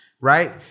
Right